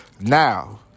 Now